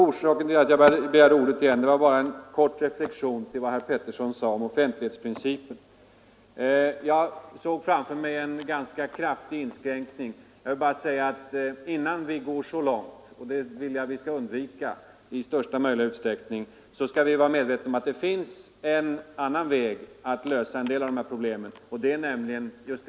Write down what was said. Orsaken till att jag begärde ordet igen var att jag ville foga en kort reflexion till vad herr Pettersson sade om offentlighetsprincipen. Jag såg framför mig en ganska kraftig inskränkning. Innan vi går så långt — och det vill jag att vi skall undvika i största möjliga utsträckning — skall vi vara medvetna om att det finns ett annat sätt att lösa en del av dessa problem.